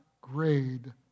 grade